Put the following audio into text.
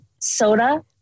soda